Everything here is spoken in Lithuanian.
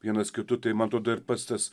vienas kitu tai man atrodo ir pats tas